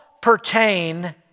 pertain